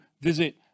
visit